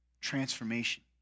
transformation